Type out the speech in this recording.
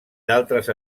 d’altres